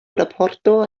raporto